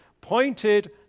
pointed